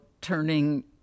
turning